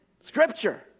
Scripture